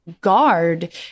guard